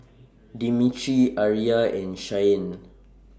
Demetri Aria and Shyanne